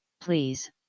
Please